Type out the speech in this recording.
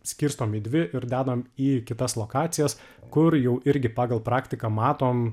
skirstom į dvi ir dedam į kitas lokacijas kur jau irgi pagal praktiką matom